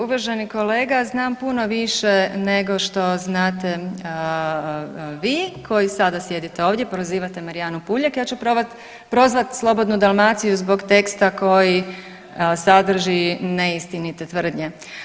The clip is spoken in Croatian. Da, uvaženi kolega znam puno više nego što znate vi koji sada sjedite ovdje i prozivate Marijanu Puljak, ja ću prozvat Slobodnu Dalmaciju zbog teksta koji sadrži neistinite tvrdnje.